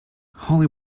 holy